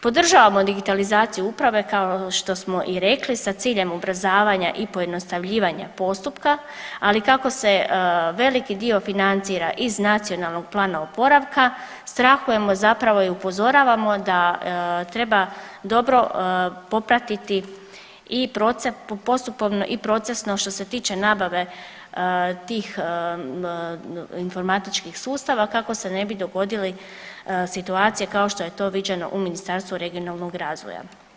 Podržavamo digitalizaciju uprave kao što smo i rekli sa ciljem ubrzavanja i pojednostavljivanja postupka, ali kako se veliki dio financira iz NPOO-a strahujemo zapravo i upozoravamo da treba dobro popratiti i postupovno i procesno što se tiče nabave tih informatičkih sustava kako se ne bi dogodile situacije kao što je to viđeno u Ministarstvu regionalnog razvoja.